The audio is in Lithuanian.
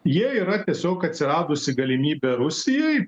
jie yra tiesiog atsiradusi galimybė rusijai